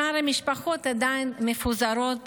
שאר המשפחות עדיין מפוזרות